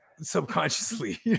subconsciously